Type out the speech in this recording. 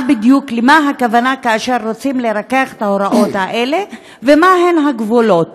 למה הכוונה כאשר רוצים לרכך את ההוראות האלה ומהם הגבולות.